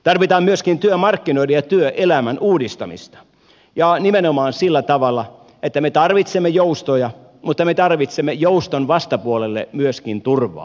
tarvitaan myöskin työmarkkinoiden ja työelämän uudistamista ja nimenomaan sillä tavalla että me tarvitsemme joustoja mutta me tarvitsemme jouston vastapuolelle myöskin turvaa